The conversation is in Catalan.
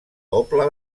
doble